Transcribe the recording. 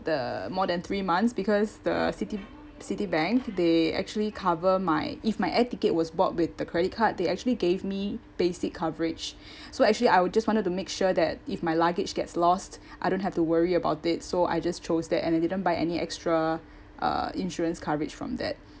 the more than three months because the citi~ citibank they actually cover my if my air ticket was bought with the credit card they actually gave me basic coverage so actually I would just wanted to make sure that if my luggage gets lost I don't have to worry about it so I just chose that and I didn't buy any extra uh insurance coverage from that